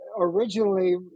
originally